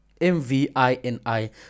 M-V-I-N-I